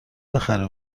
بخره